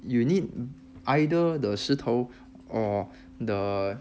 you need either the 石头 or the